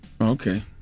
Okay